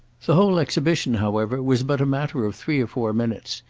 the whole exhibition however was but a matter of three or four minutes,